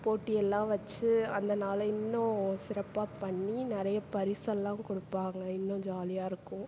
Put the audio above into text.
போட்டி எல்லாம் வச்சு அந்த நாளை இன்னும் சிறப்பாக பண்ணி நிறைய பரிசெல்லாம் கொடுப்பாங்க இன்னும் ஜாலியாக இருக்கும்